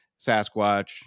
Sasquatch